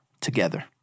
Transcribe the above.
together